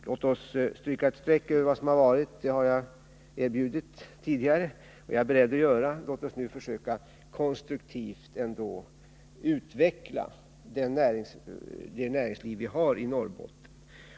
Låt oss stryka ett streck över vad som har varit — det har jag erbjudit tidigare, och det är jag beredd att göra nu. Låt oss försöka att konstruktivt utveckla det näringsliv vi har i Norrbotten.